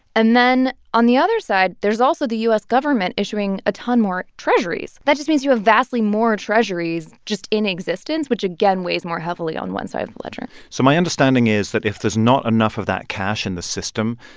and then on the other side, there's also the u s. government issuing a ton more treasuries. that just means you have vastly more treasuries just in existence, which, again, weighs more heavily on one side of the ledger so my understanding is that if there's not enough of that cash in the system,